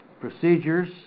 procedures